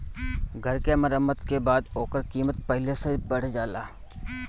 घर के मरम्मत के बाद ओकर कीमत पहिले से बढ़ जाला